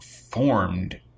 formed